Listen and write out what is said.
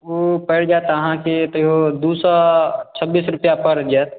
ओ पड़ि जायत अहाँके तैयो दू सए छब्बीस रुपैआ पड़ि जायत